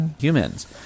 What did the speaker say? Humans